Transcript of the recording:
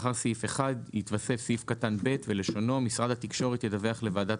לאחר סעיף 1 יתווסף סעיף קטן (ב) ולשונו 'משרד התקשורת ידווח לוועדת